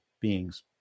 beings